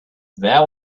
there